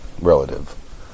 relative